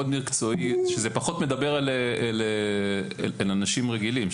מאוד מקצועי שזה פחות מדבר אל אנשים רגילים.